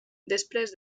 després